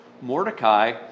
Mordecai